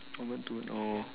oh